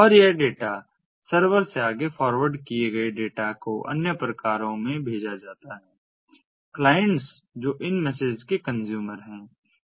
और यह data server से आगे फॉरवर्ड किए गए डेटा को अन्य प्रकारों में भेजा जाता है क्लाइंट्स जो इन मैसेजेस के कंजूमर हैं